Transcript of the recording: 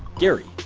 gary,